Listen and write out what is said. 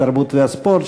התרבות והספורט,